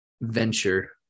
venture